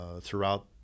throughout